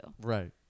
Right